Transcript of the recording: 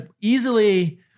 easily